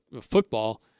football